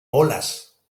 olas